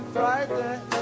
Friday